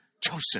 Joseph